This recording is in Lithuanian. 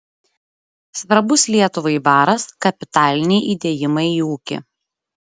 svarbus lietuvai baras kapitaliniai įdėjimai į ūkį